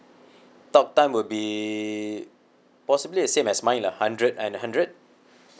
talk time will be possibly the same as mine lah hundred and a hundred